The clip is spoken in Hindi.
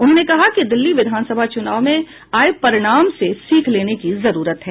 उन्होंने कहा कि दिल्ली विधानसभा चूनाव में आये परिणाम से सीख लेने की जरूरत है